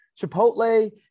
Chipotle